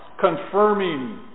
confirming